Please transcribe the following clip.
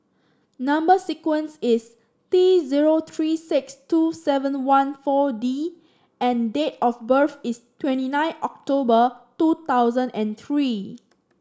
number sequence is T zero three six two seven one four D and date of birth is twenty nine October two thousand and three